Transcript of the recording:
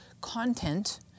content